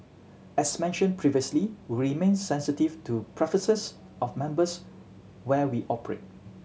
as mentioned previously remain sensitive to preferences of members where we operate